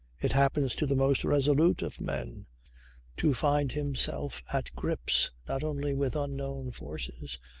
it happens to the most resolute of men to find himself at grips not only with unknown forces,